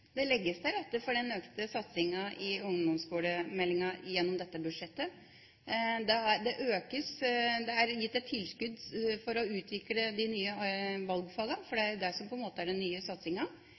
Det legges til rette for den økte satsinga i ungdomsskolemeldinga gjennom dette budsjettet. Det økes, det er gitt et tilskudd for å utvikle de nye valgfagene, for det er jo det som på en måte er den nye satsinga.